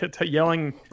yelling